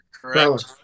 correct